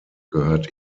gehört